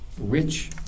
rich